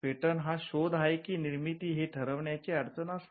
patent हा शोध आहे कि निर्मिती हे ठरवण्याची अडचण दिसते